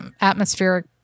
atmospheric